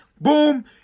Boom